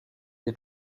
wie